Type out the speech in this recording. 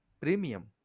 premium